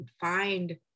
find